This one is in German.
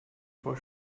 vor